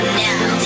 now